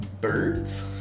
birds